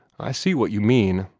i see what you mean,